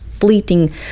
fleeting